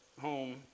home